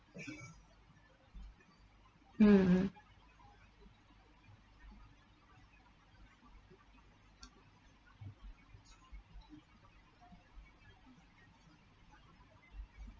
mm